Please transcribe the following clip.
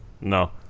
no